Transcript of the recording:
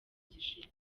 gishize